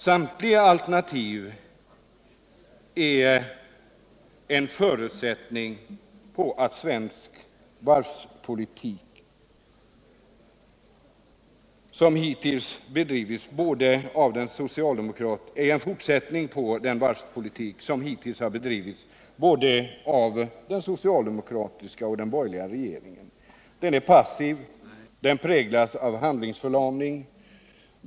Samtliga alternativ är en fortsättning på den varvspolitik som hittills bedrivits av både den socialdemokratiska och den borgerliga regeringen. Den är passiv och präglas av handlingsförlamning.